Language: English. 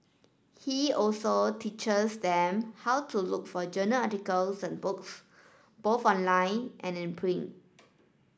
he also teaches them how to look for journal articles and books both online and in print